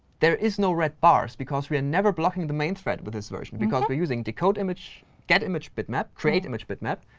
there is no red bars. because we're never blocking the main thread with this version. because we're using de-code image, get image bitmap, create image bitmap,